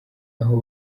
aho